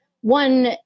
one